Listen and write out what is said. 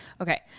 Okay